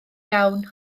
iawn